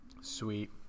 sweet